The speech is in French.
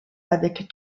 avec